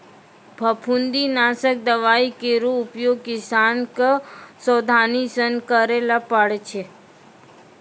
फफूंदी नासक दवाई केरो उपयोग किसान क सावधानी सँ करै ल पड़ै छै